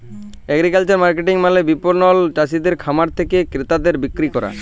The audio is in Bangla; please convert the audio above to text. এগ্রিকালচারাল মার্কেটিং মালে বিপণল চাসিদের খামার থেক্যে ক্রেতাদের বিক্রি ক্যরা